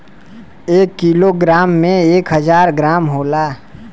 एक kilogram में एक हजार ग्राम होला